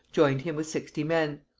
joined him with sixty men.